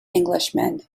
englishman